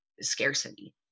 scarcity